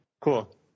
Cool